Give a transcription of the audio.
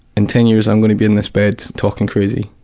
in ten years i'm gonna be in this bed talking crazy.